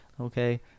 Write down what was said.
Okay